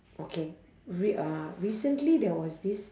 okay re~ uh recently there was this